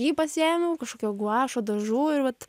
jį pasiėmiau kažkokio guašo dažų ir vat